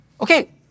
okay